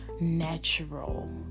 natural